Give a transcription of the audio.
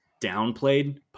downplayed